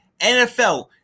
NFL